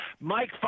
Mike